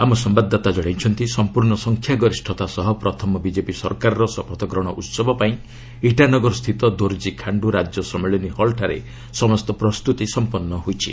ଆମ ସମ୍ଭାଦଦାତା ଜଣାଇଛନ୍ତି ସମ୍ପର୍ଣ୍ଣ ସଂଖ୍ୟା ଗରିଷତା ସହ ପ୍ରଥମ ବିଜେପି ସରକାରର ଶପଥ ଗ୍ରହଣ ଉତ୍ସବ ପାଇଁ ଇଟାନଗର ସ୍ଥିତ ଦୋରଜି ଖାଣ୍ଡୁ ରାଜ୍ୟ ସମ୍ମିଳନୀ ହଲ୍ ଠାରେ ସମସ୍ତ ପ୍ରସ୍ତୁତି ସମ୍ପନ୍ନ ହୋଇଛି